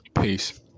Peace